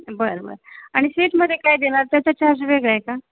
बरं बरं आणि स्वीटमध्ये काय देणार त्याचा चार्ज वेगळा आहे का